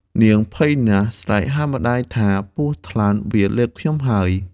នាងភ័យណាស់ ស្រែកហៅម្ដាយថា “ពស់ថ្លាន់វាលេបខ្ញុំហើយ” ។